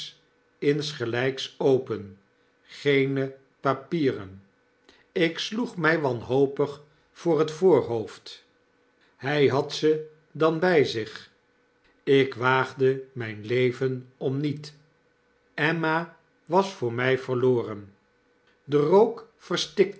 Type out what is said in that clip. insgelyks open geene papieren ik sloeg mij wanhopig voor het voorhoofd hij had ze dan by zich ik waagde myn leven omniet emma was voor mij verloren de rook